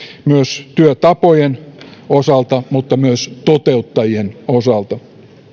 työtapojen osalta että myös toteuttajien osalta